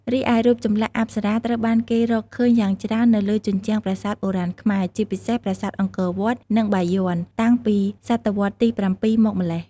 រីឯ រូបចម្លាក់អប្សរាត្រូវបានគេរកឃើញយ៉ាងច្រើននៅលើជញ្ជាំងប្រាសាទបុរាណខ្មែរ ជាពិសេសប្រាសាទអង្គរវត្ត និងបាយ័ន តាំងពីសតវត្សរ៍ទី ៧ មកម្ល៉េះ។